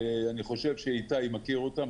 כשאני חושב שעו"ד איתי עצמון מכיר אותן,